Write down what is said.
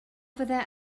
fyddai